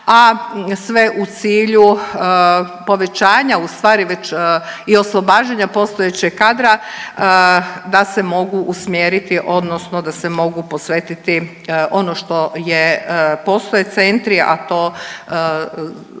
a sve u cilju povećanja ustvari već i oslobađanja postojećeg kadra da se mogu usmjeriti odnosno da se mogu posvetiti ono što je postoje centri, a to